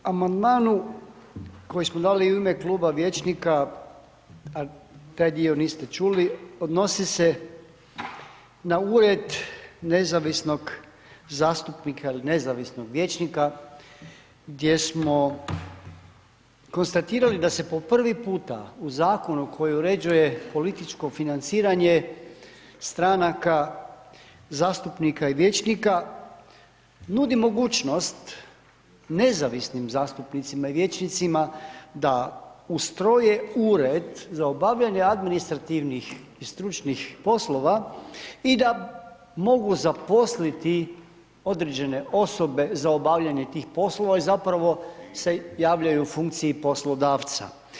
U amandmanu koji smo dali i u ime Kluba vijećnika, taj dio niste čuli, odnosi se na Ured nezavisnog zastupnika ili nezavisnog vijećnika gdje smo konstatirali da se po prvi puta u zakonu koji uređuje političko financiranje stranaka, zastupnika i vijećnika nudi mogućnost nezavisnim zastupnicima i vijećnicima da ustroje Ured za obavljanje administrativnih i stručnih poslova i da mogu zaposliti određene osobe za obavljanje tih poslova i zapravo se javljaju u funkciji poslodavca.